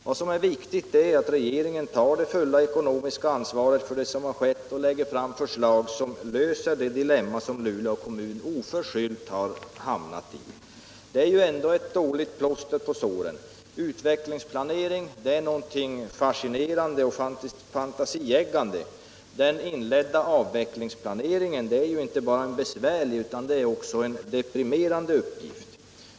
Vad som är viktigt är att regeringen tar det fulla ekonomiska ansvaret för vad som har skett och lägger fram förslag som löser det dilemma som Luleå kommun oförskyllt har hamnat i. Det är ändå ett dåligt plåster på såren. Utvecklingsplanering är något konstruktivt och fantasieggande. Den inledda avvecklingsplaneringen är inte bara en besvärlig utan också en deprimerande uppgift.